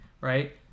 right